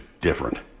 different